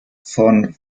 von